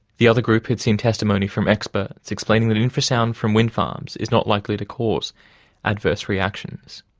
the other group had seen testimony from experts, explaining that infrasound from wind farms is not likely to cause adverse reactions.